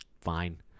fine